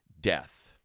Death